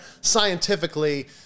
scientifically